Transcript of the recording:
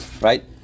Right